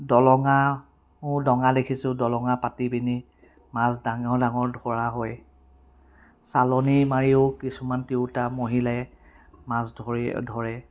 দলঙাও দঙা দেখিছোঁ দলঙা পাতিপেনি মাছ ডাঙৰ ডাঙৰ ধৰা হয় চালনী মাৰিও কিছুমান তিৰোতা মহিলাই মাছ ধৰি ধৰে